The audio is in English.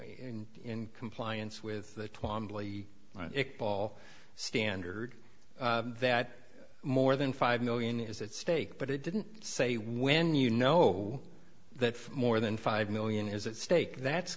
in compliance with the twamley ball standard that more than five million is at stake but it didn't say when you know that more than five million is at stake that's